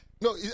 No